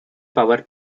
power